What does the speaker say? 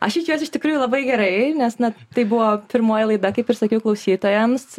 aš jaučiuos iš tikrųjų labai gerai nes na tai buvo pirmoji laida kaip ir sakiau klausytojams